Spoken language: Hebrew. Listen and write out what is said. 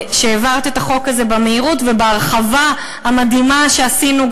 שהעברת את החוק הזה במהירות ובהרחבה המדהימה שעשינו,